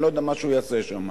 אני לא יודע מה הוא יעשה שם,